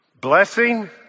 Blessing